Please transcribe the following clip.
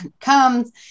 comes